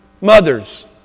Mothers